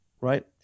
Right